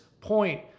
point